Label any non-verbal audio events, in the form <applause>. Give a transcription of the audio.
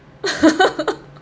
<laughs>